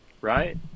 Right